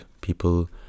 people